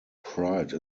pride